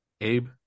Abe